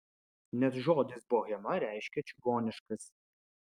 nes žodis bohema reiškia čigoniškas